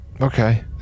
okay